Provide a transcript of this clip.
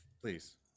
Please